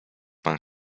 pan